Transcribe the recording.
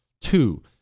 Two